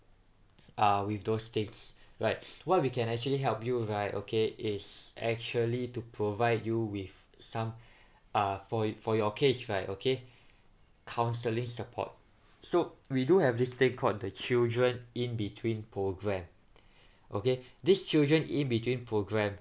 uh with those things right what we can actually help you right okay is actually to provide you with some uh for yo~ for your case right okay counselling support so we do have this thing called the children in between program okay this children in between program